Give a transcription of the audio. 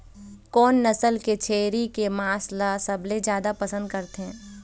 कोन नसल के छेरी के मांस ला सबले जादा पसंद करथे?